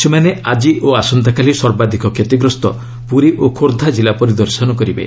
ସେମାନେ ଆଜି ଓ ଆସନ୍ତାକାଲି ସର୍ବାଧିକ କ୍ଷତିଗ୍ରସ୍ତ ପୁରୀ ଓ ଖୋର୍ଦ୍ଧା ଜିଲ୍ଲା ପରିଦର୍ଶନ କରିବେ